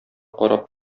карап